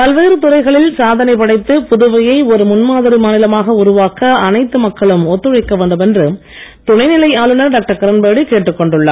பல்வேறு துறைகளில் சாதனை படைத்து புதுவையை ஒரு முன்மாதிரி மாநிலமாக உருவாக்க அனைத்து மக்களும் ஒத்துழைக்க வேண்டும் என்று துணைநிலை ஆளுநர் டாக்டர் கிரண்பேடி கேட்டுக் கொண்டுள்ளார்